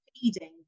feeding